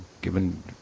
given